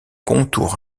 contours